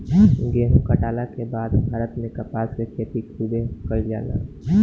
गेहुं काटला के बाद भारत में कपास के खेती खूबे कईल जाला